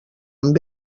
amb